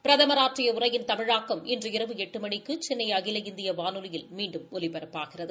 பிரதம் ஆற்றிய உரையின் தமிழாக்கம் இன்று இரவு எட்டு மணிக்கு சென்னை அகில இந்திய வானொலியில் மீண்டும் ஒலிபரப்பாகிறது